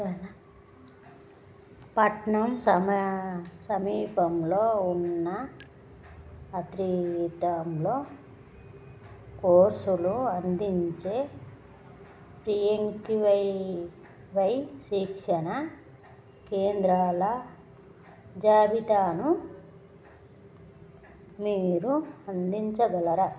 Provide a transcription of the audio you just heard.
పట్నం సమయా సమీపంలో ఉన్న ఆత్రిదంలో కోర్సులు అందించే P M K V Y శిక్షణ కేంద్రాల జాబితాను మీరు అందించగలరా